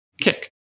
kick